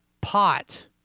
pot